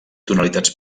tonalitats